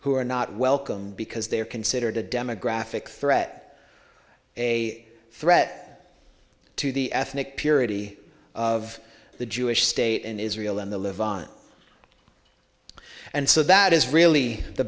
who are not welcome because they are considered a demographic threat a threat to the ethnic purity of the jewish state in israel and the live on and so that is really the